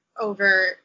over